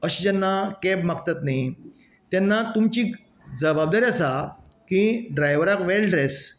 अशें जेन्ना कॅब मागतात न्ही तेन्ना तुमची जबाबदारी आसा की ड्रायवराक वेल ड्रेस